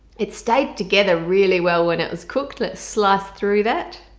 it's stayed together really well when it was cooked let's slice through that.